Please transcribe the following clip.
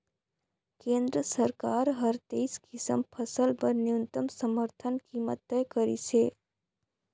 केंद्र सरकार हर तेइस किसम फसल बर न्यूनतम समरथन कीमत तय करिसे